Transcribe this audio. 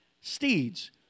steeds